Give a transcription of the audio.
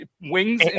wings